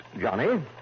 Johnny